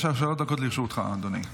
איזה ערכים נשארו לכם?